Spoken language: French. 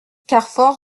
carfor